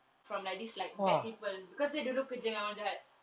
from like this like bad people because dia dulu kerja memang jahat